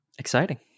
Exciting